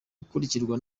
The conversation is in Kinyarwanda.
akurikirwa